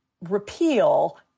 repeal